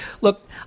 look